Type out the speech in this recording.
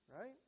right